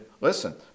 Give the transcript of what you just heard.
listen